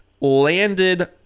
landed